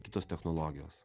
kitos technologijos